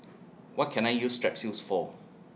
What Can I use Strepsils For